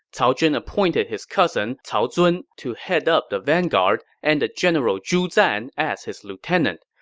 cao zhen appointed his cousin cao zun to head up the vanguard and the general zhu zan as his lieutenant.